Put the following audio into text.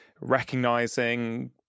recognizing